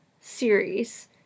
series